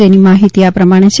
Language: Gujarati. જેની માહિતી આ પ્રમાણે છે